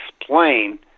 explain